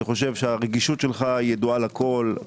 אני חושב שהרגישות שלך ידועה לכול.